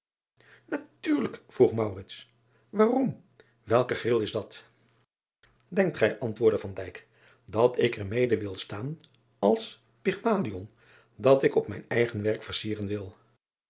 atuurlijk vroeg aarom welke gril is dat enkt gij antwoordde dat ik er mede wil staan als dat ik op mijn eigen werk versieven wil